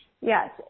yes